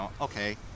okay